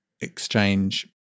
exchange